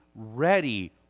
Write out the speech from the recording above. ready